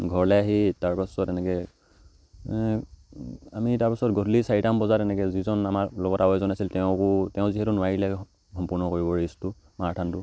ঘৰলৈ আহি তাৰপাছত এনেক আমি তাৰপাছত গধূলি চাৰিটামান বজাত এনেকৈ যিজন আমাৰ লগত আৰু এজন আছিল তেওঁকো তেওঁ যিহেতু নোৱাৰিলে সম্পূৰ্ণ কৰিব ৰেচটো মাৰাথানটো